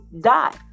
die